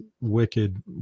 wicked